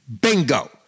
Bingo